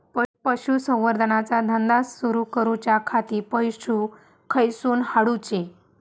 पशुसंवर्धन चा धंदा सुरू करूच्या खाती पशू खईसून हाडूचे?